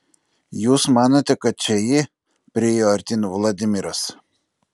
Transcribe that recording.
jūs manote kad čia ji priėjo artyn vladimiras